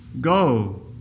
Go